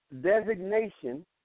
Designation